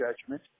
judgment